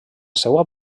seua